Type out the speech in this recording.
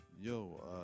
yo